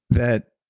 that,